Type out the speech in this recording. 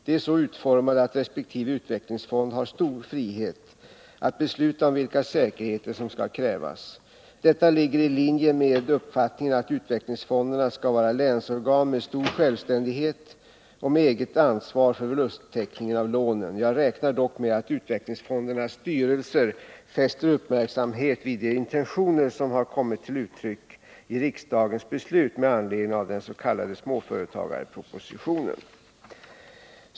De är så utformade, att resp. utvecklingsfond har stor frihet att besluta om vilka säkerheter som skall krävas. Detta ligger i linje med uppfattningen att utvecklingsfonderna skall vara länsorgan med stor självständighet och med eget ansvar för förlusttäckningen av lånen. Jag räknar dock med att utvecklingsfondernas styrelser fäster uppmärksamhet vid de intentioner som har kommit till uttryck i riksdagens beslut med anledning av den s.k. småföretagspropositionen .